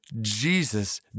Jesus